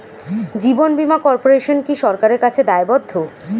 জীবন বীমা কর্পোরেশন কি সরকারের কাছে দায়বদ্ধ?